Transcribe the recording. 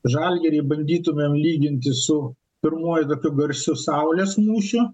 žalgirį bandytumėm lyginti su pirmuoju tokiu garsiu saulės mūšiu